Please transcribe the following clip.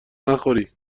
نخوری